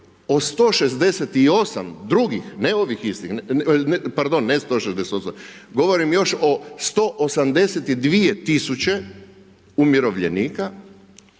o 168 drugih, ne ovih istih, pardon, ne 168, govorim još o 182 tisuće umirovljenika